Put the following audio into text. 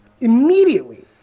immediately